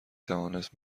توانست